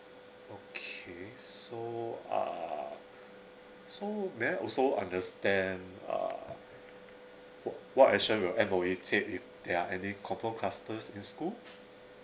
okay so uh so may I also understand uh what what action will M_O_E take if there are any confirmed clusters in school